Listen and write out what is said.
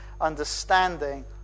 understanding